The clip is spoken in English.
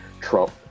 Trump